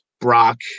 Brock